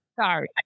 Sorry